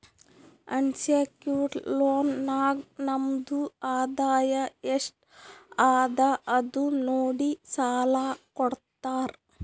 unsecured loan ನಾಗ್ ನಮ್ದು ಆದಾಯ ಎಸ್ಟ್ ಅದ ಅದು ನೋಡಿ ಸಾಲಾ ಕೊಡ್ತಾರ್